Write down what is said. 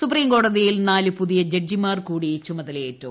സുപ്രീംകോടതിയിൽ നാല് പുതിയ ജഡ്ജിമാർ കൂടി ചുമതലയേറ്റു